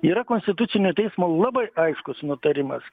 yra konstitucinio teismo labai aiškus nutarimas